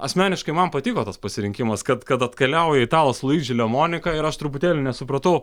asmeniškai man patiko tas pasirinkimas kad kad atkeliauja italas luidži lemonika ir aš truputėlį nesupratau